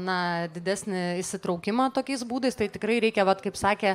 na didesnį įsitraukimą tokiais būdais tai tikrai reikia vat kaip sakė